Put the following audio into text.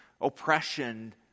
oppression